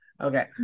Okay